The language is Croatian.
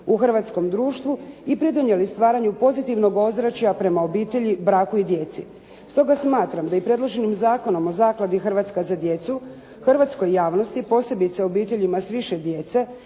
u hrvatskom društvu i pridonijeli stvaranju pozitivnog ozračja prema obitelji, braku i djeci. Stoga smatram da i predloženim Zakonom o zakladi "Hrvatska za djecu" hrvatskoj javnosti, posebice obiteljima s više djece,